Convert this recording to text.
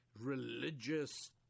religious